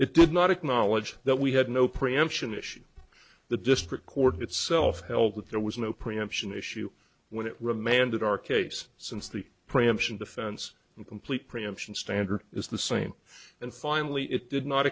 it did not acknowledge that we had no preemption issue the district court itself held that there was no preemption issue when it remanded our case since the preemption defense and complete preemption standard is the same and finally it did not